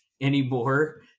anymore